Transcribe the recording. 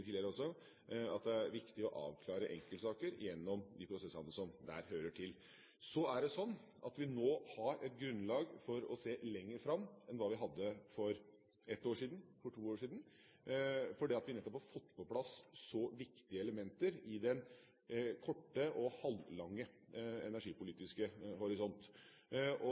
tidligere – at det er viktig å avklare enkeltsaker gjennom de prosessene som der hører til. Så er det slik at vi nå har et grunnlag for å se lenger fram enn hva vi hadde for et år siden, for to år siden, fordi vi nettopp har fått på plass så viktige elementer i den korte og halvlange energipolitiske horisont.